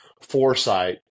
foresight